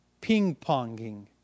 ping-ponging